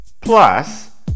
Plus